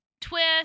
twist